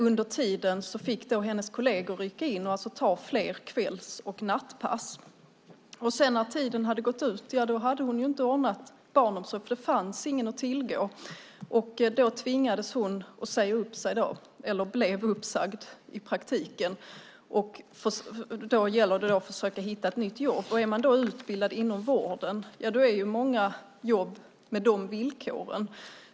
Under tiden fick hennes kolleger rycka in och ta fler kvälls och nattpass. När tiden gick ut hade hon inte lyckats ordna barnomsorg eftersom det inte fanns någon att tillgå, och hon blev uppsagd. Då gällde det att hitta ett nytt jobb, men är man utbildad inom vården har många jobb dessa villkor.